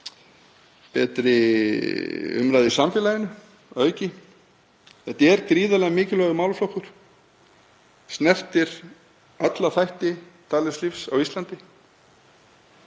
betri umræðu í samfélaginu að auki. Þetta er gríðarlega mikilvægur málaflokkur, snertir alla þætti daglegs lífs á Íslandi